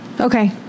Okay